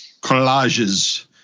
Collages